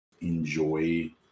enjoy